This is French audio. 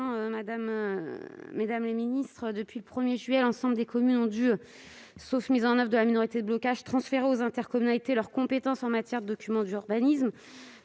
est à Mme Cécile Cukierman. Depuis le 1 juillet dernier, les communes ont dû, sauf mise en oeuvre de la minorité de blocage, transférer aux intercommunalités leur compétence en matière de documents d'urbanisme.